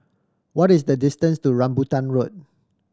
what is the distance to Rambutan Road